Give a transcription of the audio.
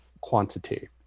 quantity